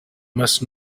must